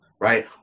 right